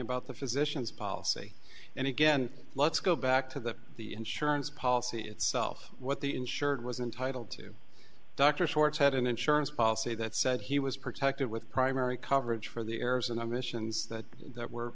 about the physicians policy and again let's go back to that the insurance policy itself what the insured was entitled to dr schwartz had an insurance policy that said he was protected with primary coverage for the errors and omissions that there were